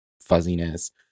fuzziness